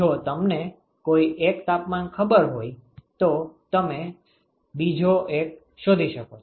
જો તમને કોઈ એક તાપમાન ખબર હોય તો તમે બીજો એક શોધી શકો છો